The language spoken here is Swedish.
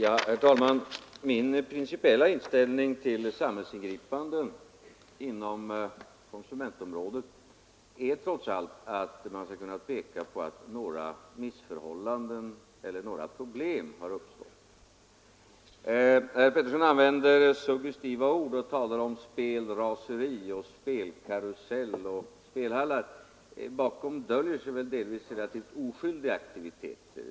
Herr talman! Min principiella inställning till samhällsingripanden inom konsumentområdet är trots allt att man skall kunna peka på att några missförhållanden eller några problem har uppstått. Herr Pettersson i Lund använder suggestiva ord och talar om spelraseri, spelkarusell och spelhallar. Bakom döljer sig väl delvis relativt oskyldiga aktiviteter.